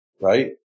right